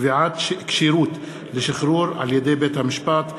קביעת כשירות לשחרור על-ידי בית-משפט),